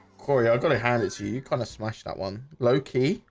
corey i've gotta hand it to you kind of smash that one loki.